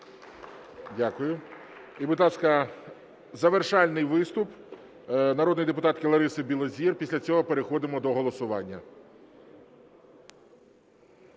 Дякую. І, будь ласка, завершальний виступ народної депутатки Лариси Білозір, після цього переходимо до голосування.